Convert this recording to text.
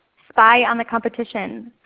spy on the competition,